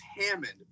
Hammond